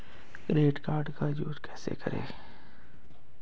Credit card का use कैसे करें?